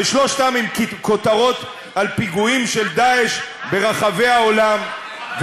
ושלושתם עם כותרות על פיגועים של "דאעש" ברחבי העולם,